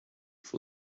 for